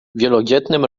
wielodzietnym